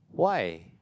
why